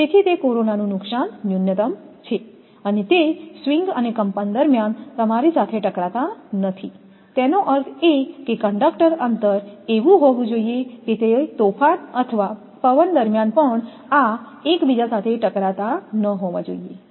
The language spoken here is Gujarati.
તેથી તે કોરોનાનું નુકસાન ન્યૂનતમ છે અને તે સ્વિંગ અને કંપન દરમિયાન તમારી સાથે ટકરાતા નથી તેનો અર્થ એ કે કંડક્ટર અંતર એવું હોવું જોઈએ કે તોફાન અથવા પવન દરમિયાન પણ આ એકબીજા સાથે ટકરાતા ન હોવા જોઈએ